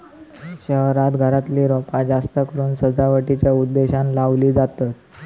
शहरांत घरातली रोपा जास्तकरून सजावटीच्या उद्देशानं लावली जातत